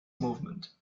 movement